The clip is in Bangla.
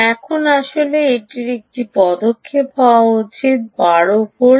এখন আসলে এটির একটি পদক্ষেপ হওয়া উচিত 12 ভোল্ট